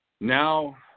Now